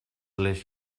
les